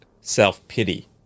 self-pity